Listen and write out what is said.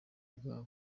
bwabo